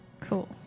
Cool